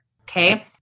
okay